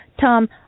Tom